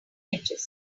edges